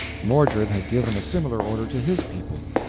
mordred had given a similar order to his people.